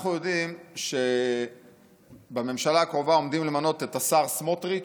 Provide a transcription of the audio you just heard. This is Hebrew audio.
אנחנו יודעים שבממשלה הקרובה עומדים למנות את השר סמוטריץ'